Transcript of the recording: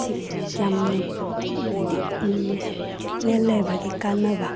ꯁꯤꯒꯤ ꯀꯌꯥꯝꯅ ꯍꯥꯏꯗꯤ ꯇ꯭ꯌꯨꯕ ꯋꯦꯜ ꯂꯩꯕꯒꯤ ꯀꯥꯟꯅꯕ